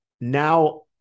Now